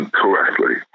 correctly